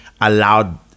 allowed